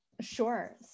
Sure